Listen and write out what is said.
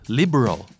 liberal